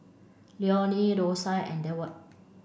Leonie Dosia and Deward